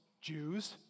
Jews